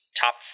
top